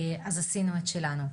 אז עשינו את שלנו.